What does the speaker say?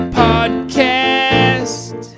podcast